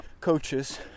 coaches